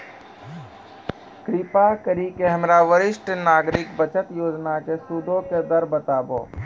कृपा करि के हमरा वरिष्ठ नागरिक बचत योजना के सूदो के दर बताबो